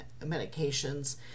medications